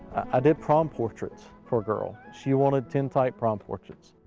i did prom portraits for a girl. she wanted tintype prom portraits.